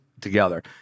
together